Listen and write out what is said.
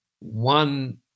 one